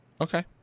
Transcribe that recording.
okay